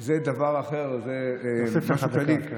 זה דבר אחר, זה משהו כללי.